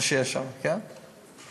שיש שם, אז